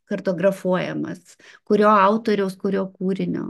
kartografuojamas kurio autoriaus kurio kūrinio